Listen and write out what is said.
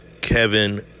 Kevin